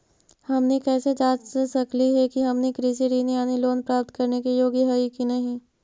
हमनी कैसे जांच सकली हे कि हमनी कृषि ऋण यानी लोन प्राप्त करने के योग्य हई कि नहीं?